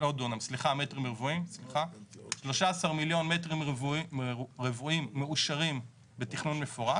13 מיליון מ"ר מאושרים בתכנון מפורט